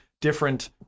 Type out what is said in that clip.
different